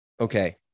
okay